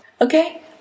Okay